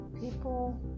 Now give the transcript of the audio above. People